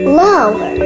lower